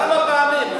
כמה פעמים.